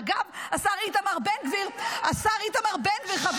אגב, השר איתמר בן גביר -- טלי, מה